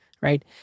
Right